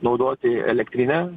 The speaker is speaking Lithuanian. naudoti elektrinę